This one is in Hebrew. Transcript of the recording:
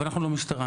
אבל אנחנו לא משטרה,